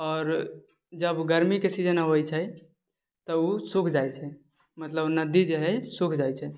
आओर जब गर्मीके सीजन अबै छै तऽ ओ सूख जाइ छै मतलब नदी जे है सूख जाइ छै